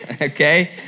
okay